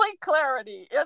clarity